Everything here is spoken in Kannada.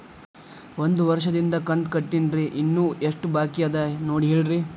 ಒಂದು ವರ್ಷದಿಂದ ಕಂತ ಕಟ್ಟೇನ್ರಿ ಇನ್ನು ಎಷ್ಟ ಬಾಕಿ ಅದ ನೋಡಿ ಹೇಳ್ರಿ